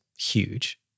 huge